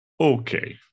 Okay